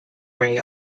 way